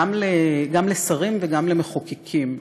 גם לשרים וגם למחוקקים,